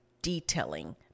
detailing